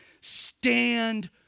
stand